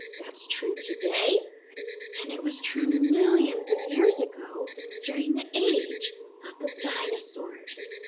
that's true today and it was true millions of years ago during the age of the dinosaurs.